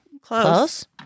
Close